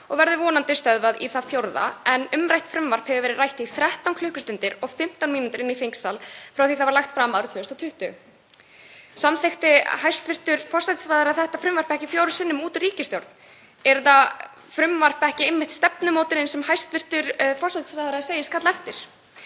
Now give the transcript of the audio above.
og verður vonandi stöðvað í það fjórða en umrætt frumvarp hefur verið rætt í 13 klukkustundir og 15 mínútur í þingsal frá því að það var lagt fram árið 2020. Samþykkti hæstv. forsætisráðherra þetta frumvarp ekki fjórum sinnum út úr ríkisstjórn? Er þetta frumvarp ekki einmitt stefnumótunin sem forsætisráðherra segist kalla eftir?